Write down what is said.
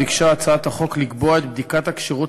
ביקשה הצעת החוק לקבוע את בדיקת הכשירות